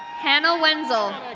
hannah wenzel.